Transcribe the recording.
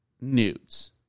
nudes